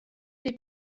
les